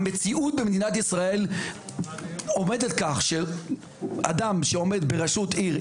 המציאות במדינת ישראל עומדת כך שאדם שעומד בראשות עיר,